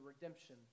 redemption